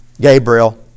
Gabriel